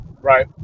Right